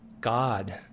God